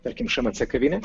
tarkimšmc kavinė